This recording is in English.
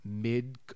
mid